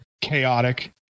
Chaotic